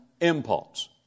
impulse